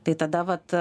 tai tada vat